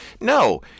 No